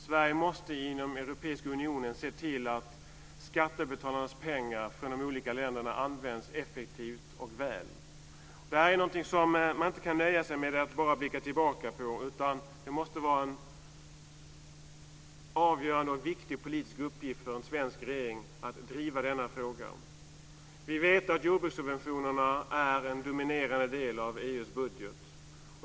Sverige måste inom Europeiska unionen se till att skattebetalarnas pengar från de olika länderna används effektivt och väl. Det här är någonting som man inte kan nöja sig med att bara blicka tillbaka på, utan det måste vara en avgörande och viktig politisk uppgift för en svensk regering att driva denna fråga. Vi vet att jordbrukssubventionerna är en dominerande del av EU:s budget.